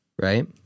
right